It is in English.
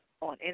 on